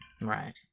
Right